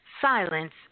silence